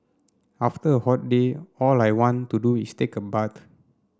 after a hot day all I want to do is take a bath